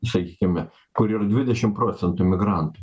sakykime kur ir dvidešim procentų imigrantų